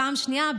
פעם שנייה,